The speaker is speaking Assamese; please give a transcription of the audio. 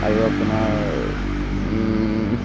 আৰু আপোনাৰ